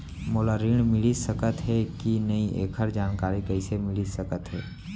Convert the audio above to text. मोला ऋण मिलिस सकत हे कि नई एखर जानकारी कइसे मिलिस सकत हे?